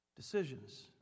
decisions